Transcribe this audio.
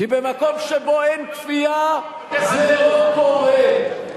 כי במקום שבו אין כפייה, זה לא קורה.